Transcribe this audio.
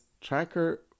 Tracker